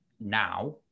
now